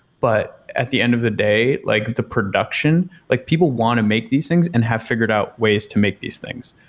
but at the end of the day, like the production like people want to make these things and have figured out ways to make these things.